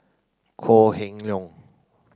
Kok Heng Leun